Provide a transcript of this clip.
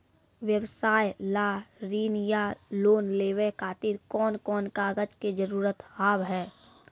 व्यवसाय ला ऋण या लोन लेवे खातिर कौन कौन कागज के जरूरत हाव हाय?